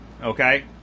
okay